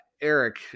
eric